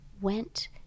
went